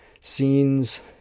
scenes